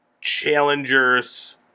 Challengers